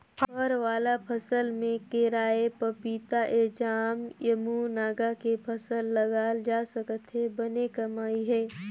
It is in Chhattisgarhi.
फर वाला फसल में केराएपपीताएजामएमूनगा के फसल लगाल जा सकत हे बने कमई हे